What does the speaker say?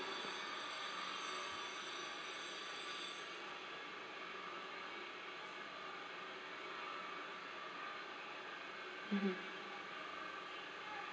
mmhmm